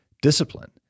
discipline